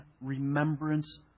remembrance